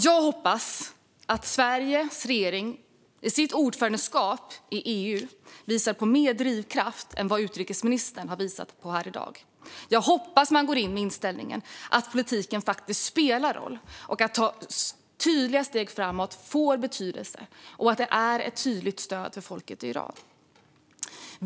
Jag hoppas att Sveriges regering under sitt ordförandeskap i EU visar på mer drivkraft än vad utrikesministern har visat på här i dag. Jag hoppas att man går in med inställningen att politiken faktiskt spelar roll, att det får betydelse att man tar tydliga steg framåt och att det är ett tydligt stöd för folket i Iran.